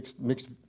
mixed